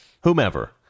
whomever